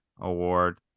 award